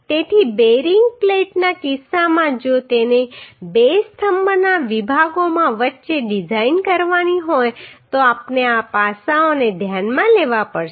તેથી બેરિંગ પ્લેટના કિસ્સામાં જો તેને બે સ્તંભના વિભાગો વચ્ચે ડિઝાઇન કરવાની હોય તો આપણે આ પાસાઓને ધ્યાનમાં લેવા પડશે